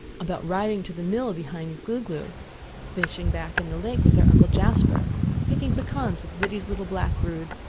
about riding to the mill behind gluglu fishing back in the lake with their uncle jasper picking pecans with lidie's little black brood,